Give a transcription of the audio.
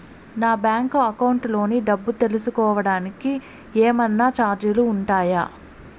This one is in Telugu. నా బ్యాంకు అకౌంట్ లోని డబ్బు తెలుసుకోవడానికి కోవడానికి ఏమన్నా చార్జీలు ఉంటాయా?